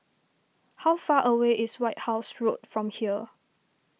how far away is White House Road from here